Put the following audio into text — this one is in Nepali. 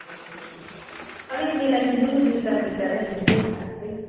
अलिक मिलाइदिनु नि दुई चार बिटा नै लिन्थेँ साग चाहिँ